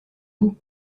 vous